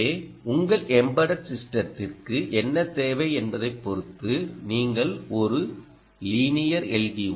எனவே உங்கள் எம்பட்டட் சிஸ்டத்திற்கு என்ன தேவை என்பதைப் பொறுத்து நீங்கள் ஒரு லீனியர் எல்